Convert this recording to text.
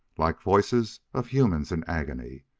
like voices of humans in agony,